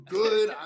good